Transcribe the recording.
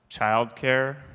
childcare